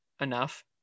enough